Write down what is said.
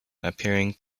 appearing